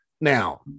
Now